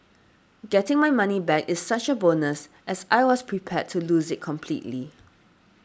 getting my money back is such a bonus as I was prepared to lose it completely